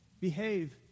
behave